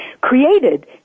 created